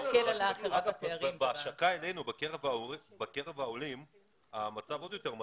בקרב העולים המצב עוד יותר מדאיג,